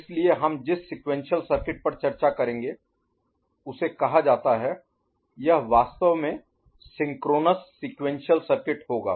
इसलिए हम जिस सीक्वेंशियल सर्किट अनुक्रमिक सर्किट पर चर्चा करेंगे उसे कहा जाता है यह वास्तव में सिंक्रोनस सीक्वेंशियल सर्किट होगा